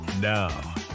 Now